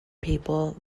people